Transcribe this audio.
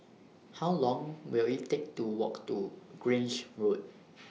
How Long Will IT Take to Walk to Grange Road